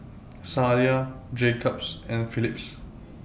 Sadia Jacob's and Phillips